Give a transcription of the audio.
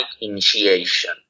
initiation